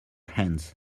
hands